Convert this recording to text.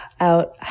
out